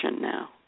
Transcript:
now